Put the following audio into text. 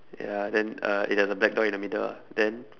ya then uh it has a black dot in the middle ah then